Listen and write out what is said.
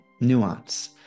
nuance